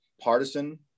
partisan